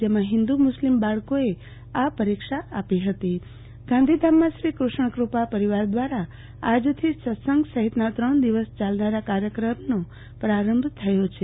જેમાં હિન્દુ મુ સ્લીમ બાળકોએ પરીક્ષા આપી હતી ગાંધીધામમાં શ્રી કૃષ્ણકૃપા પરિવાર દ્રારા આજથી સત્સંગ સહિતના ત્રણ દિવસ યાલનારા કાર્યક્રમનો પ્રારંભ થયો છે